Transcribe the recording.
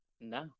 No